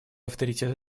авторитет